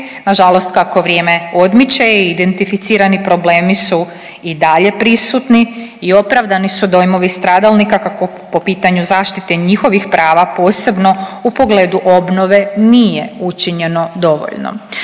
Na žalost kako vrijeme odmiče identificirani problemi su i dalje prisutni i opravdani su dojmovi stradalnika kako po pitanju zaštite njihovih prava posebno u pogledu obnove nije učinjeno dovoljno.